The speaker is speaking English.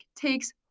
takes